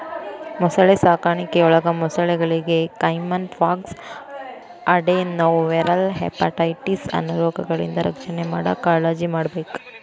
ಮೊಸಳೆ ಸಾಕಾಣಿಕೆಯೊಳಗ ಮೊಸಳೆಗಳಿಗೆ ಕೈಮನ್ ಪಾಕ್ಸ್, ಅಡೆನೊವೈರಲ್ ಹೆಪಟೈಟಿಸ್ ಅನ್ನೋ ರೋಗಗಳಿಂದ ರಕ್ಷಣೆ ಮಾಡಾಕ್ ಕಾಳಜಿಮಾಡ್ಬೇಕ್